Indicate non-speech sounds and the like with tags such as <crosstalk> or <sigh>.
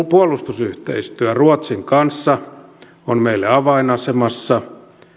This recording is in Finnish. <unintelligible> puolustusyhteistyö ruotsin kanssa on meille avainasemassa